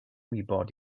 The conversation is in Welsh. wybod